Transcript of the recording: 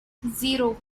zero